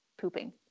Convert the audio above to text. pooping